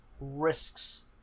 risks